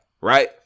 right